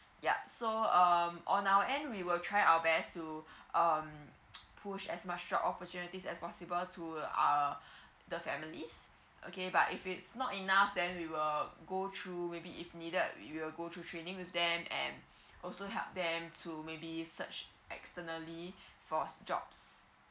yup so um on our end we will try our best to um push as much job opportunities as possible to um the families okay but if it's not enough then we will go through maybe if needed we will go through training with them and also help them to maybe search externally for jobs